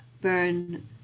burn